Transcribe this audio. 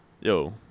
Yo